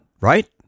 right